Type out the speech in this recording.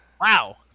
Wow